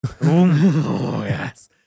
Yes